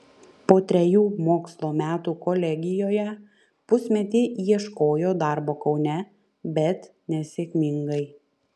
po trejų mokslo metų kolegijoje pusmetį ieškojo darbo kaune bet nesėkmingai